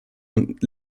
und